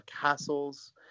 castles